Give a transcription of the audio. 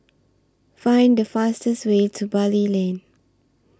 Find The fastest Way to Bali Lane